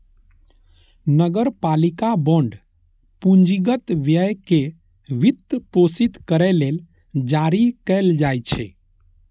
नगरपालिका बांड पूंजीगत व्यय कें वित्तपोषित करै लेल जारी कैल जाइ छै